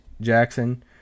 Jackson